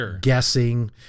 guessing